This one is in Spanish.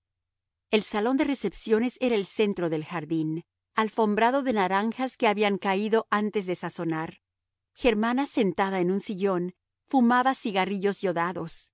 el salón de recepciones era el centro del jardín alfombrado de naranjas que habían caído antes de sazonar germana sentada en su sillón fumaba cigarrillos yodados